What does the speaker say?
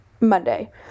Monday